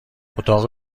اتاق